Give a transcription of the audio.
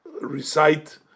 recite